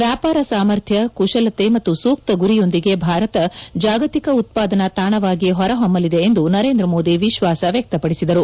ವ್ಹಾಪಾರ ಸಾಮರ್ಥ್ಲ ಕುಶಲತೆ ಮತ್ತು ಸೂಕ್ತ ಗುರಿಯೊಂದಿಗೆ ಭಾರತ ಜಾಗತಿಕ ಉತ್ಪಾದನಾ ತಾಣವಾಗಿ ಹೊರಹೊಮ್ನಲಿದೆ ಎಂದು ನರೇಂದ್ರ ಮೋದಿ ವಿಶ್ವಾಸ ವ್ನಕ್ತಪಡಿಸಿದರು